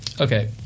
Okay